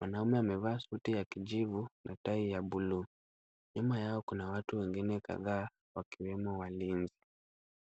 Mwanaume amevaa suti ya kijivu na tai ya buluu. Nyuma yao kuna watu wengine kadhaa wakiwemo walinzi.